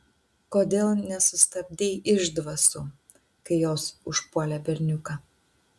kodėl nesustabdei išdvasų kai jos užpuolė berniuką